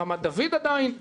רמת דוד עדיין מתעכב.